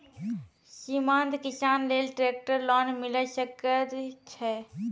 सीमांत किसान लेल ट्रेक्टर लोन मिलै सकय छै?